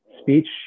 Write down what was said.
speech